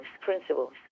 principles